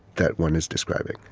that one is describing